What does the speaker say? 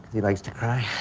he likes to cry?